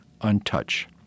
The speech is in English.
untouched